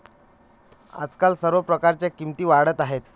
आजकाल सर्व प्रकारच्या किमती वाढत आहेत